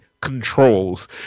controls